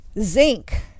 zinc